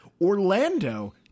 Orlando